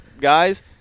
guys